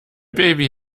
baby